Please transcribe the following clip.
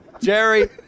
Jerry